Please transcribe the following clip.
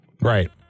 Right